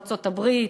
ארצות-הברית,